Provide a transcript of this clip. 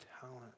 talent